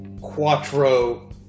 quattro